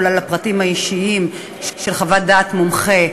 החוק, בבקשה.